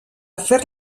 fer